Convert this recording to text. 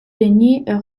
denys